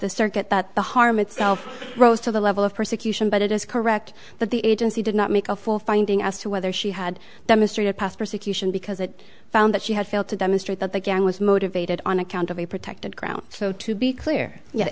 the circuit that the harm itself rose to the level of persecution but it is correct that the agency did not make a full finding as to whether she had demonstrated past persecution because it found that she had failed to demonstrate that the gang was motivated on account of a protected ground so to be clear yet